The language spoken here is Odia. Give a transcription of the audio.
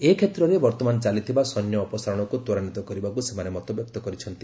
ଏ କ୍ଷେତ୍ରରେ ବର୍ତ୍ତମାନ ଚାଲିଥିବା ସୈନ୍ୟ ଅପସାରଣକୁ ତ୍ୱରାନ୍ୱିତ କରିବାକୁ ସେମାନେ ମତବ୍ୟକ୍ତ କରିଛନ୍ତି